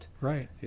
Right